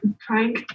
trying